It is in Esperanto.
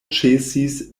ĉesis